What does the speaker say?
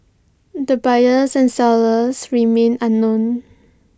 the buyers and sellers remain unknown